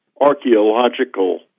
archaeological